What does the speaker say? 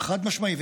חד-משמעית.